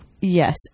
Yes